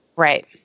Right